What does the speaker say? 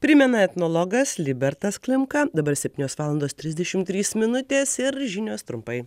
primena etnologas libertas klimka dabar septynios valandos trisdešim trys minutės ir žinios trumpai